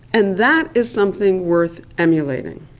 and that is something worth emulating.